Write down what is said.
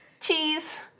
cheese